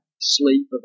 sleep